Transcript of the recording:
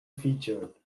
featured